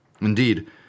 Indeed